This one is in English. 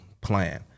plan